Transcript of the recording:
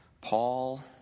Paul